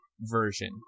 version